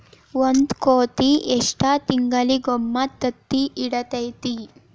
ಒಂದ್ ಕೋಳಿ ಎಷ್ಟ ತಿಂಗಳಿಗೊಮ್ಮೆ ತತ್ತಿ ಇಡತೈತಿ?